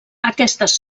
aquestes